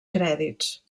crèdits